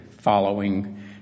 following